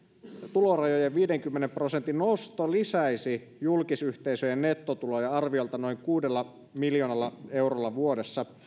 tulorajojen viidenkymmenen prosentin nosto lisäisi julkisyhteisöjen nettotuloja arviolta noin kuudella miljoonalla eurolla vuodessa